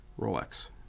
rolex